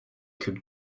could